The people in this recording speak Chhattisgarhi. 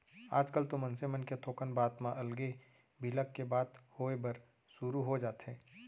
आजकल तो मनसे मन के थोकन बात म अलगे बिलग के बात होय बर सुरू हो जाथे